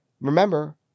remember